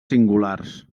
singulars